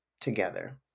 together